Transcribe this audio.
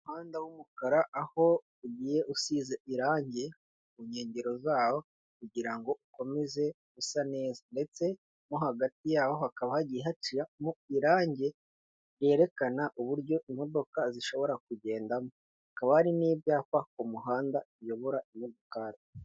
Umuhanda w'umukara aho ugiye usize irange ku nkengero zawo kugira ngo ukomeze gusa neza ndetse mo hagati yaho hakaba hagiye haciyemo irange ryerekana uburyo imodoka zishobora kugendamo, hakaba hari n'ibyapa ku muhanda biyobora imodokari.